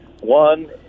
One